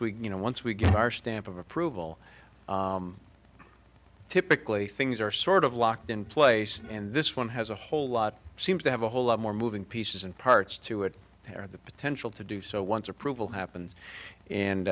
know once we get our stamp of approval typically things are sort of locked in place and this one has a whole lot seems to have a whole lot more moving pieces and parts to it are the potential to do so once approval happens and